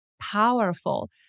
powerful